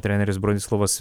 treneris bronislovas